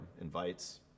invites